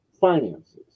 finances